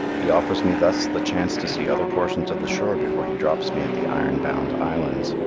he offers me thus the chance to see other portions of the shore before he drops me at the iron bound islands,